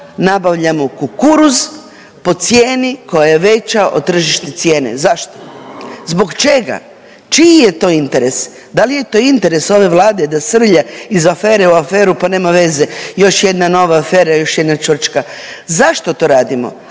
nabavljamo kukuruz po cijeni koja je veća od tržišne cijene, zašto, zbog čega, čiji je to interes, da li je to interes ove vlade da srlja iz afere u aferu, pa nema veze, još jedna nova afera, još jedna čvrčka, zašto to radimo,